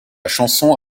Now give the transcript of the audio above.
chanson